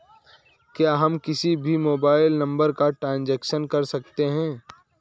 क्या हम किसी भी मोबाइल नंबर का ट्रांजेक्शन कर सकते हैं?